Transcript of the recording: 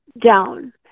down